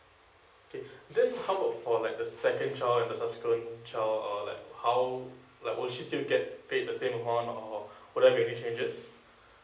okay then how about for like the second child and the subsequent child or like how like will she still get paid the same amount or will there be any changes